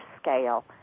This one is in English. scale